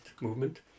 movement